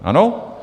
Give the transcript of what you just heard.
Ano?